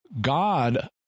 God